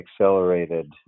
accelerated